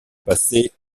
passé